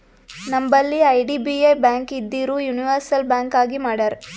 ನಂಬಲ್ಲಿ IDBI bank ಇದ್ದಿದು universal bank ಆಗಿ ಮಾಡ್ಯಾರ್